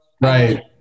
right